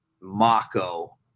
Mako